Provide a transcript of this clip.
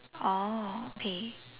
oh okay